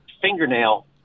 fingernail